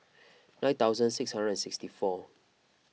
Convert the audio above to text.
nine thousand six hundred and sixtyfour